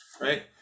right